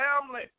family